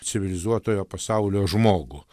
civilizuoto pasaulio žmogų